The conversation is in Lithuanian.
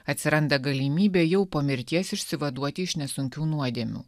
atsiranda galimybė jau po mirties išsivaduoti iš nesunkių nuodėmių